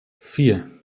vier